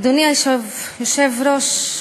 אדוני היושב-ראש,